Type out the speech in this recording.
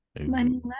money